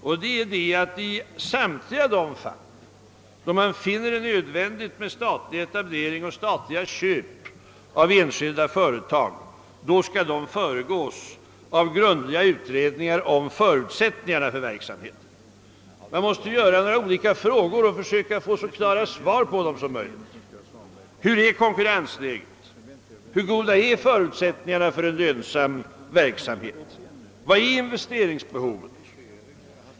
och det är att i samtliga de fall då man finner det nödvändigt med statlig etablering eller statligt köp av enskilda företag måste denna etablering föregås av grundliga utredningar om förutsättningarna för verksamheten. Man måste ställa en del frågor och försöka få så klara svar som möjligt på dem, t.ex.: Hurdant är konkurrensläget? Hur goda är förutsättningarna för en lönsam verksamhet? Hur stort är investeringsbehovet?